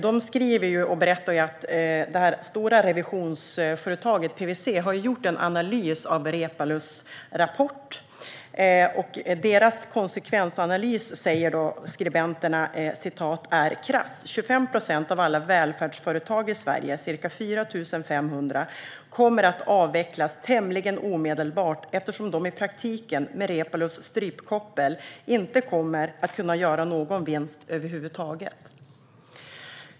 De skriver att det stora revisionsföretaget PWC har gjort en analys av Ilmar Reepalus rapport. Skribenterna meddelar att "revisorernas konsekvensanalys är krass. 25 procent av alla välfärdsföretag i Sverige, cirka 4 500 stycken, kommer att avvecklas tämligen omedelbart eftersom de i praktiken, med Reepalus strypkoppel, inte kommer att kunna göra någon vinst över huvud taget."